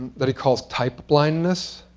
that he calls type blindness,